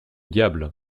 diable